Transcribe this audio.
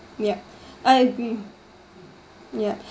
yup I agree yup